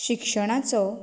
शिक्षणाचो